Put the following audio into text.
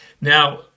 Now